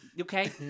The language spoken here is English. Okay